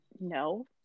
no